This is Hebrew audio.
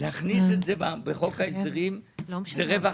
להכניס את זה בחוק ההסדרים, זה רווח גדול.